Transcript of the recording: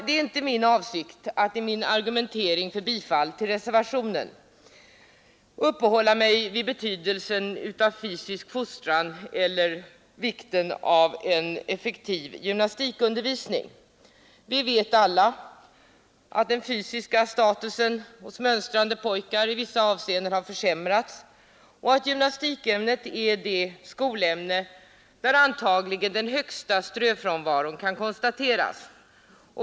Det är inte min avsikt att i argumenteringen för bifall till reservationen uppehålla mig vid betydelsen av fysisk fostran eller vikten av en effektiv gymnastikundervisning. Vi vet alla att den fysiska statusen hos mönstrande pojkar i vissa avseenden har försämrats och att gymnastik är det skolämne där antagligen den högsta ströfrånvaron kan konstateras.